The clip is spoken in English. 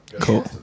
cool